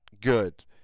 good